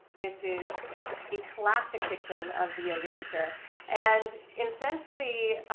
this is the classic dictum of the yoga teacher and essentially